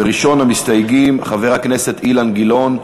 וראשון המסתייגים, חבר הכנסת אילן גילאון.